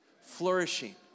flourishing